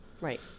Right